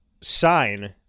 sign